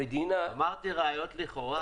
אמרתי ראיות לכאורה.